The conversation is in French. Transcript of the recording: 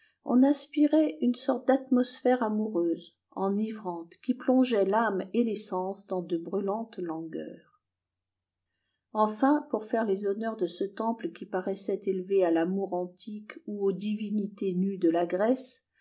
on aspirait une sorte d'atmosphère amoureuse enivrante qui plongeait l'âme et les sens dans de brûlantes langueurs enfin pour faire les honneurs de ce temple qui paraissait élevé à l'amour antique ou aux divinités nues de la grèce